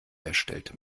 erstellt